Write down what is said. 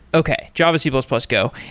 okay. java, c plus plus, go.